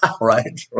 right